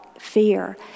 Fear